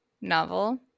novel